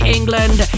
England